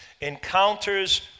Encounters